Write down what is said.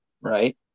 right